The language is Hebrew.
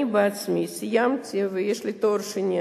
בעצמי סיימתי ויש לי תואר שני,